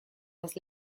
was